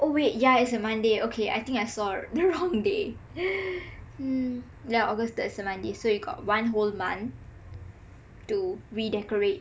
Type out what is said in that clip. oh wait yah it's a monday okay I think I saw the wrong day yah august third is a monday so you got one whole month to re-decorate